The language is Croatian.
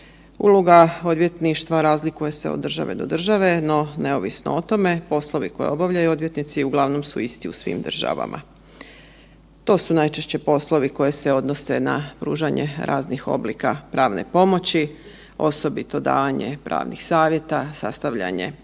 Uloga odvjetništva razlikuje se od države do države, no neovisno o tome, poslove koje obavljaju odvjetnici uglavnom su isti u svim državama. To su najčešće poslovi koji se odnose na pružanje raznih oblika pravne pomoći, osobito davanje pravnih savjeta, sastavljanje isprava